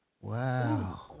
Wow